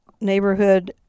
neighborhood